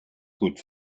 good